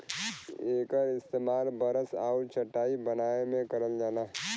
एकर इस्तेमाल बरस आउर चटाई बनाए में करल जाला